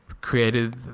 created